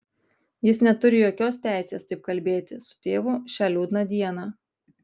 jis neturi jokios teisės taip kalbėti su tėvu šią liūdną dieną